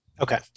Okay